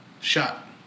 Shot